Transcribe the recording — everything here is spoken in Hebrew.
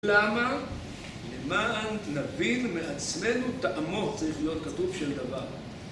למה? למען נבין מעצמנו טעמו צריך להיות כתוב של דבר